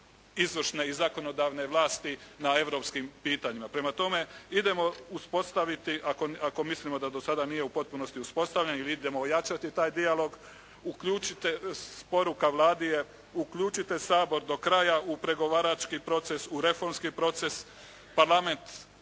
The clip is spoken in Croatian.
izvršne i zakonodavne vlasti na europskim pitanjima. Prema tome, idemo uspostaviti ako mislimo da do sada nije u potpunosti uspostavljen ili idemo ojačati taj dijalog. Poruka Vladi je uključite Sabor do kraja u pregovarački proces, u reformski proces. Parlament